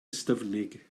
ystyfnig